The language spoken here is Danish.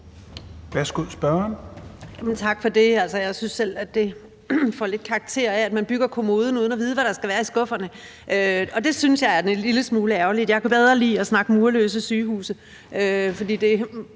Normann Andersen (SF): Tak for det. Jeg synes selv, det lidt får karakter af, at man bygger kommoden uden at vide, hvad der skal være i skufferne, og det synes jeg er en lille smule ærgerligt. Jeg kan bedre lide at snakke murløse sygehuse, fordi det